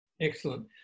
Excellent